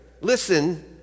listen